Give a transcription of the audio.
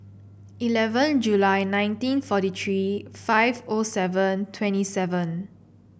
eleven July nineteen forty three five O seven twenty seven